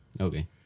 Okay